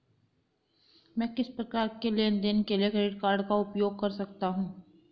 मैं किस प्रकार के लेनदेन के लिए क्रेडिट कार्ड का उपयोग कर सकता हूं?